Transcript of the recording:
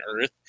Earth